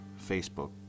facebook